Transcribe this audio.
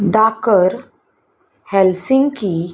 दाकर Helsinki